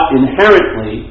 inherently